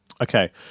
Okay